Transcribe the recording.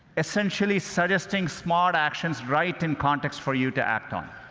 essentially suggesting small actions right in context for you to act on.